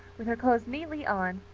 with her clothes neatly on,